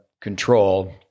control